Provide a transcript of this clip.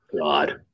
god